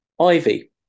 Ivy